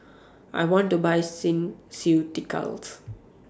I want to Buy Skin Ceuticals